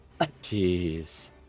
Jeez